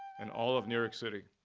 and all of new york city.